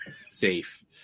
safe